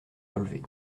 relevés